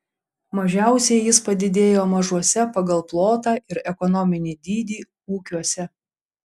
mažiausiai jis padidėjo mažuose pagal plotą ir ekonominį dydį ūkiuose